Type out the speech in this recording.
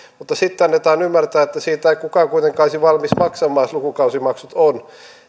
mutta sitten annetaan ymmärtää että siitä ei kukaan kuitenkaan olisi valmis maksamaan jos lukukausimaksut on